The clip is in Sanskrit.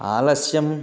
आलस्यं